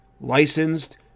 licensed